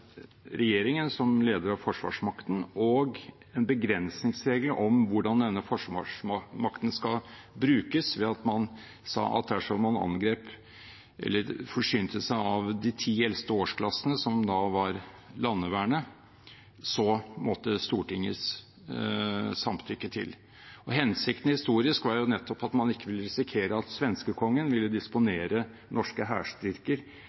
regjeringen som leder av forsvarsmakten og en begrensningsregel om hvordan denne forsvarsmakten skal brukes, ved at man sa at dersom man forsynte seg av de ti eldste årsklassene, som da var landvernet, så måtte Stortingets samtykke til. Hensikten historisk sett var at man ikke ville risikere at svenskekongen ville disponere norske hærstyrker